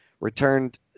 returned